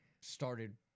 started